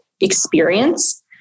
experience